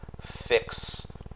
fix